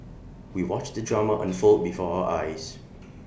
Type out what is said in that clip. we watched the drama unfold before our eyes